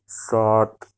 سات